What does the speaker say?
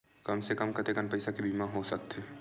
कम से कम कतेकन पईसा के बीमा हो सकथे?